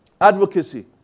Advocacy